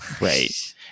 right